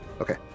Okay